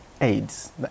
AIDS